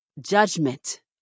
judgment